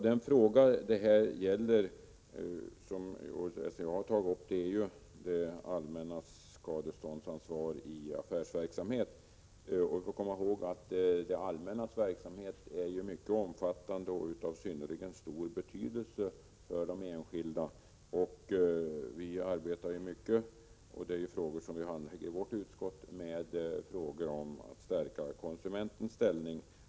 Den fråga som jag har tagit upp är det allmännas skadeståndsansvar i affärsverksamhet. Vi får komma ihåg att det allmännas verksamhet är mycket omfattande och av synnerligen stor betydelse för de enskilda. Vi arbetar mycket i vårt utskott med frågor om att stärka konsumentens ställning.